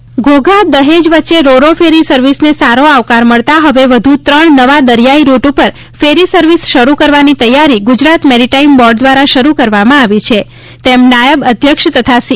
ફેરી service Ghogha Dahej વચ્ચે ro ro ferry સર્વિસને સારો આવકાર મળતા હવે વ્ધુ ત્રણ નવા દરિયાઇ રૂટ ઉપર ફેરી સર્વિસ શરૂ કરવાની તૈયારી ગુજરાત મેરીટાઇમ બોર્ડ દ્વારા શરૂ કરવામાં આવી છે તેમ નાયબ અધ્યક્ષ તથા સી